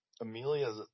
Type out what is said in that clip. Amelia